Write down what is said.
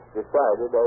decided